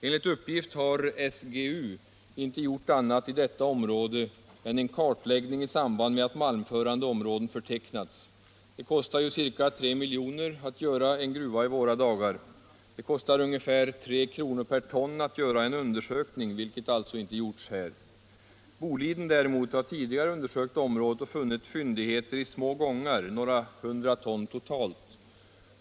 Enligt uppgift har SGU inte gjort annat i detta område än en kartläggning i samband med att malmförande områden förtecknats. Det kostar ca 3 miljoner att anlägga en gruva i våra dagar och ungefär 3 kr. per ton att göra en undersökning, vilket SGU alltså inte gjort här. Bolidenbolaget däremot har tidigare undersökt området och funnit fyndigheter i små gångar — några hundra ton totalt.